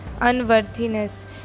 unworthiness